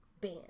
Bam